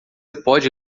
pode